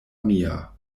mia